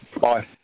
Bye